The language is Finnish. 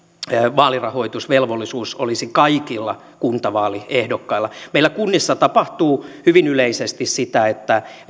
vaalirahoitusvelvollisuus olisi kaikilla kuntavaaliehdokkailla meillä kunnissa tapahtuu hyvin yleisesti sitä että